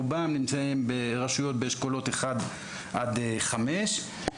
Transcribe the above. ברשויות באשכולות אחד עד חמש.